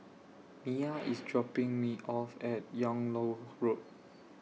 Miah IS dropping Me off At Yung Loh Road